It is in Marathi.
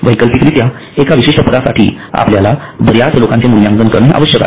वैकल्पिकरित्या एका विशिष्ट पदासाठी आपल्याला बर्याच लोकांचे मूल्यांकन करणे आवश्यक आहे